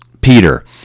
Peter